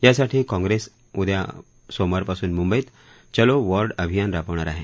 यासाठी काँप्रेस उद्या सोमवारपासून मुंबईत चलो वॉर्ड अभियान राबवणार आहे